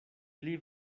pli